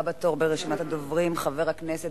הבא בתור ברשימת הדוברים, חבר הכנסת